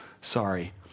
Sorry